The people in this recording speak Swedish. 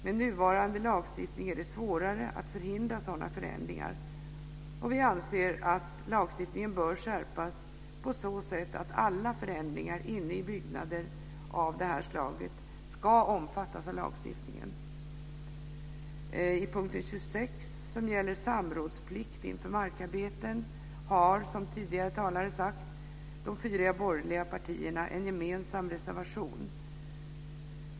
Med nuvarande lagstiftning är det svårare att förhindra sådana förändringar. Vi anser att lagstiftningen bör skärpas på så sätt att alla förändringar inne i byggnader av det här slaget ska omfattas av lagstiftningen. Under punkt 26, som gäller samrådsplikt inför markarbeten, har, som tidigare talare har sagt, de fyra borgerliga partierna en gemensam reservation.